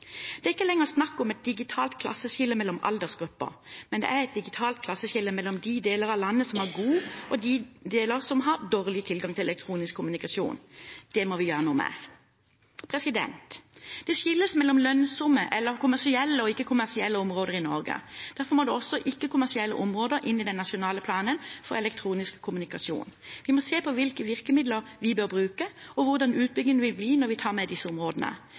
Det er ikke lenger snakk om et digitalt klasseskille mellom aldersgruppene, men det er et digitalt klasseskille mellom de delene av landet som har god tilgang og de delene som har dårlig tilgang til elektronisk kommunikasjon. Det må vi gjøre noe med. Det skilles mellom lønnsomme eller kommersielle og ikke-kommersielle områder i Norge. Derfor må også ikke-kommersielle områder inn i den nasjonale planen for elektronisk kommunikasjon. Vi må se på hvilke virkemidler vi bør bruke og hvordan utbyggingen vil bli når vi tar med disse områdene.